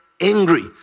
angry